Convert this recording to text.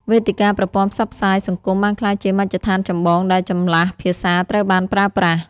វេទិកាប្រព័ន្ធផ្សព្វផ្សាយសង្គមបានក្លាយជាមជ្ឈដ្ឋានចម្បងដែលចម្លាស់ភាសាត្រូវបានប្រើបាស់។